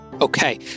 Okay